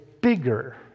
bigger